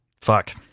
Fuck